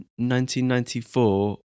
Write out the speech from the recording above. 1994